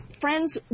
friends